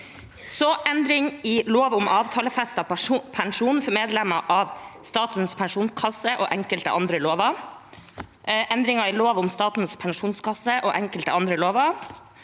Endringer i lov om avtalefestet pensjon for medlemmer av Statens pensjonskasse og enkelte andre lover